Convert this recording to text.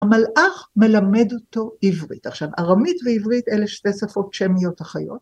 המלאך מלמד אותו עברית. עכשיו ארמית ועברית אלה שתי שפות שמיות אחיות.